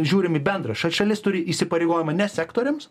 žiūrim į bendrą šal šalis turi įsipareigojimą ne sektoriams